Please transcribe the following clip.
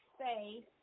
say